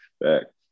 expect